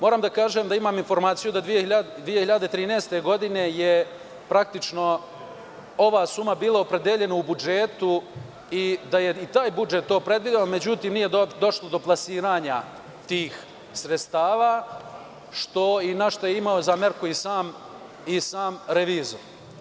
Moram da kažem da imam informaciju da 2013. godine je praktično ova suma bila opredeljena u budžetu i da je i taj budžet to predvideo, međutim, nije došlo do plasiranja tih sredstava na šta je imao zamerku i sam revizor.